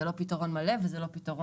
זה לא פתרון מלא או מושלם,